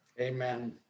Amen